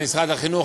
משרד החינוך,